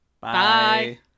Bye